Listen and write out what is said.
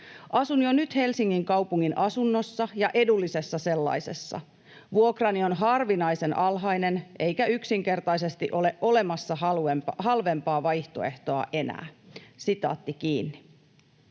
Asun jo nyt Helsingin kaupungin asunnossa ja edullisessa sellaisessa. Vuokrani on harvinaisen alhainen, eikä yksinkertaisesti ole olemassa halvempaa vaihtoehtoa enää.” ”Minulla on pieni